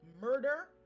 murder